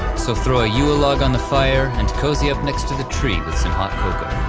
so throw a yule log on the fire and cozy up next to the tree with some hot cocoa,